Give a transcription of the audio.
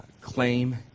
claim